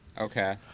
Okay